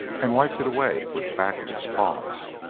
and wiped it away with the back of its paws,